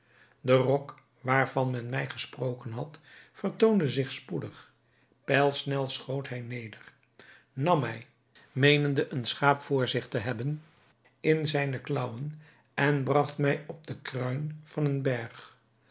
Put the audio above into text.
de rok waarvan men mij gesproken had vertoonde zich spoedig pijlsnel schoot hij neder nam mij meenende een schaap voor zich te hebben in zijne klaauwen en bragt mij op de kruin van een berg